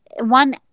one